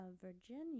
Virginia